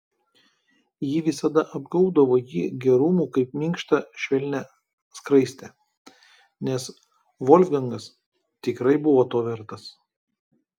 ji visada apgaubdavo jį gerumu kaip minkšta švelnia skraiste nes volfgangas tikrai buvo to vertas